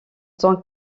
tant